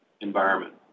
environment